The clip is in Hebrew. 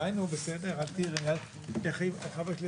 הישיבה ננעלה בשעה 11:12.